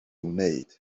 wneud